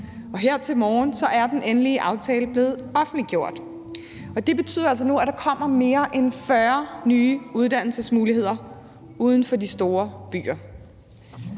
og her til morgen er den endelige aftale blevet offentliggjort. Det betyder, at der kommer mere end 40 nye uddannelsesmuligheder uden for de store byer.